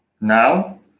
now